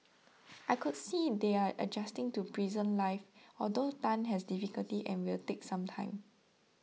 I could see they are adjusting to prison life although Tan has difficulty and will take some time